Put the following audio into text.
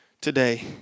today